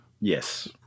Yes